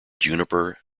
juniper